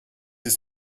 ist